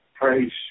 Praise